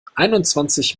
einundzwanzig